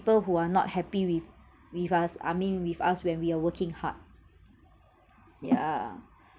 people who are not happy with with us I mean with us when we are working hard yeah